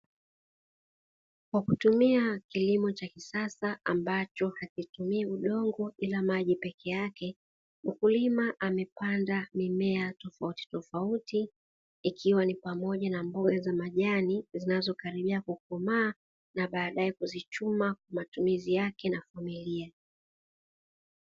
Kwa kutumia kilimo cha kisasa ambacho hakitumii udongo ila maji peke yake, mkulima amepanda mimea tofautitofauti ikiwa ni pamoja na mboga za majani zinazokaribia kukomaa na baadae kuzichuma kwa matumizi yake na familia.